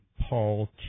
Paul